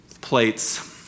plates